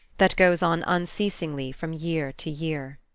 that goes on unceasingly from year to year.